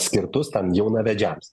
skirtus tam jaunavedžiams